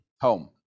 home